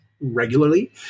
regularly